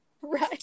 right